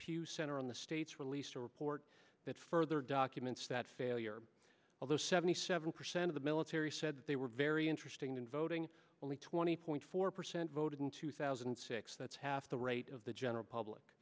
pew center on the states released a report that further documents that failure of those seventy seven percent of the military said they were very interesting in voting only twenty point four percent voted in two thousand and six that's half the rate of the general public